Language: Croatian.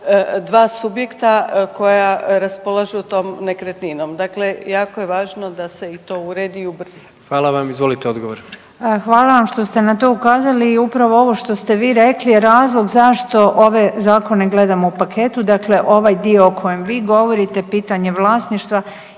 dva subjekta koja raspolažu tom nekretninom, dakle jako je važno da se i to uredi i ubrza. **Jandroković, Gordan (HDZ)** Hvala vam. Izvolite odgovor. **Obuljen Koržinek, Nina (HDZ)** Hvala vam što ste na to ukazali i upravo ovo što ste vi rekli je razlog zašto ove zakone gledamo u paketu, dakle ovaj dio o kojem vi govorite pitanje vlasništva